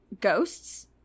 ghosts